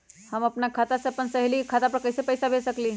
हम अपना खाता से अपन सहेली के खाता पर कइसे पैसा भेज सकली ह?